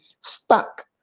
stuck